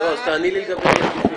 זה לא משקיפים.